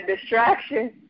distraction